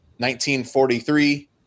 1943